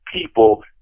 people